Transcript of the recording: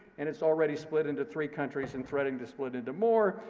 and it's already split into three countries and threatening to split into more.